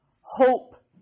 hope